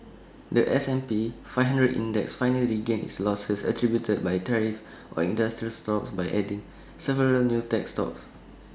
The S and P five hundred index finally regained its losses attributed by tariffs on industrial stocks by adding several new tech stocks